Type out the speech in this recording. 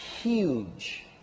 huge